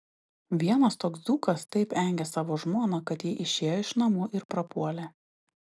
vienas toks dzūkas taip engė savo žmoną kad ji išėjo iš namų ir prapuolė